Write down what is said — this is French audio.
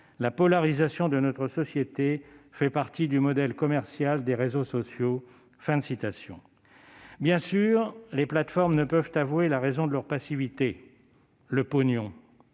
la polarisation de notre société fait partie du modèle commercial des réseaux sociaux. » Bien sûr, les plateformes ne peuvent pas avouer la raison de leur passivité : le pognon